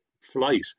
flight